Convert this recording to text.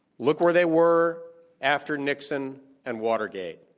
look where they were after nixon and watergate,